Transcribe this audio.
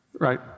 right